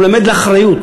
הוא מלמד אחריות,